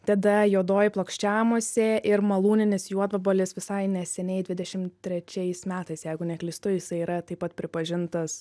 tada juodoji plokščiamusė ir malūninis juodvabalis visai neseniai dvidešim trečiais metais jeigu neklystu jisai yra taip pat pripažintas